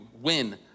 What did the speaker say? win